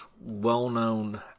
well-known